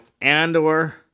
Andor